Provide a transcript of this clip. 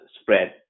spread